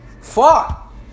Fuck